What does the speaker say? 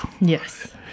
Yes